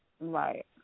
Right